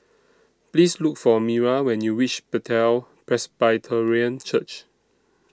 Please Look For Myra when YOU REACH Bethel Presbyterian Church